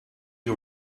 you